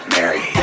Mary